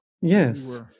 Yes